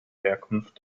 herkunft